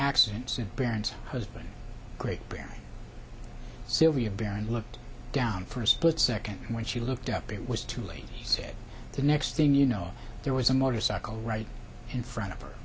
accident and parents has been great so we have baron looked down for a split second when she looked up it was too late he said the next thing you know there was a motorcycle right in front of her